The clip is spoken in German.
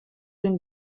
den